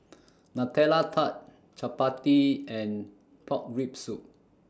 Nutella Tart Chappati and Pork Rib Soup